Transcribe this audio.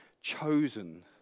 Chosen